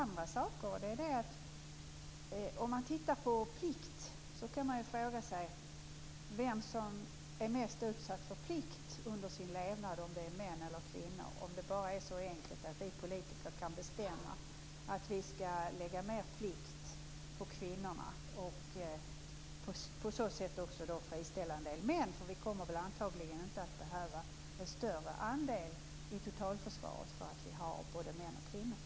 När det gäller plikten kan man fråga vem som är mest utsatt för plikt under sin levnad, om det är män eller kvinnor, och om det bara är så enkelt att vi politiker kan bestämma att vi skall lägga mer plikt på kvinnorna och på så sätt friställa en del män, eftersom vi antagligen inte kommer att behöva en större andel i totalförsvaret därför att vi har både män och kvinnor.